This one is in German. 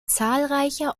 zahlreicher